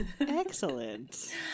excellent